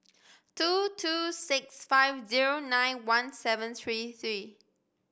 two two six five zero nine one seven three three